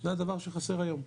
זה הדבר שחסר היום.